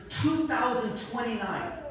2029